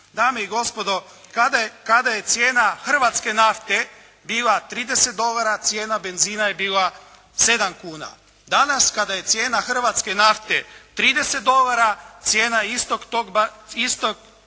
Dame i gospodo, kada je cijena hrvatske nafte bila 30 dolara, cijena benzina je bila 7 kuna. Danas kada je cijena hrvatske nafte 30 dolara, cijena iste te